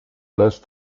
lässt